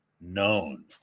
known